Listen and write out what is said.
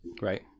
Right